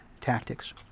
tactics